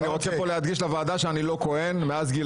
אני רוצה פה להדגיש לוועדה שאני לא כהן מאז גיל